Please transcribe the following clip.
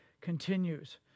continues